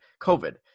COVID